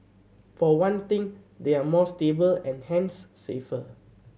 for one thing they are more stable and hence safer